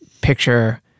Picture